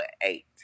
eight